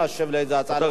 אתה רשאי לענות לי.